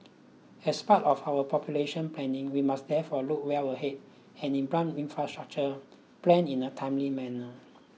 as part of our population planning we must therefore look well ahead and implement infrastructure plans in a timely manner